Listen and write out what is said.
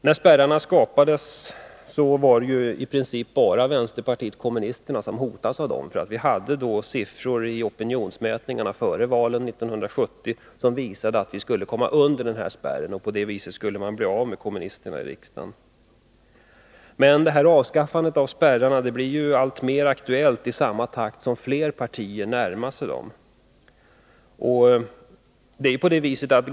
När spärrarna skapades, var det i princip bara vänsterpartiet kommunisterna som hotades. Vi hade i opinionsmätningarna före valet 1970 siffror som visade att vi skulle hamna under spärren. På det sättet skulle man bli av med kommunisterna i riksdagen. Men ett avskaffande av spärrarna blir mer aktuellt i samma takt som flera partier närmar sig dem.